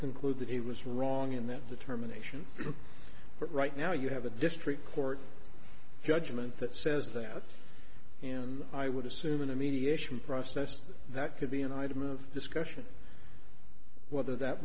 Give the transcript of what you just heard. conclude that he was wrong in that determination but right now you have a district court judgment that says that you know and i would assume in the mediation process that could be an item of discussion whether that